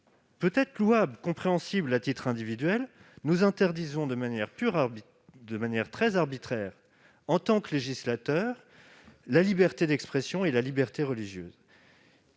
peut-être louable et compréhensible à titre individuel, nous interdirions de manière très arbitraire, en tant que législateurs, la liberté d'expression et la liberté religieuse.